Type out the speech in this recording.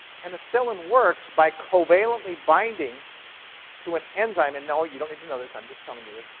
penicillin works by covalently binding to an enzyme. and no, you don't need to know this. i'm just telling you this.